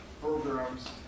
programs